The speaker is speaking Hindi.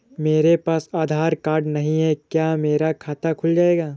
मेरे पास आधार कार्ड नहीं है क्या मेरा खाता खुल जाएगा?